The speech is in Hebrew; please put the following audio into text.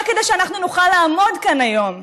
רק כדי שאנחנו נוכל לעמוד כאן היום.